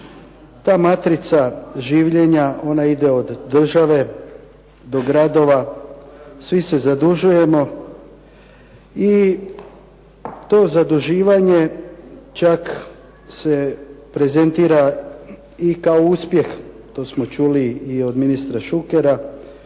Ta matrica življenja, ona ide od države do gradova, svi se zadužujemo i to zaduživanje čak se prezentira i kao uspjeh, to smo čuli i od ministra Šukera